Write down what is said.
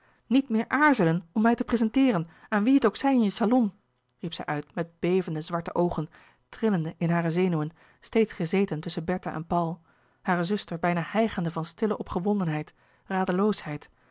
niet meer aarzelen om mij te prezenteeren aan wie het ook zij in je salon riep zij uit met bevende zwarte oogen trillende in hare zenuwen steeds gezeten tusschen bertha en paul hare zuster bijna hijgende van stille opgewondenheid